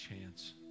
chance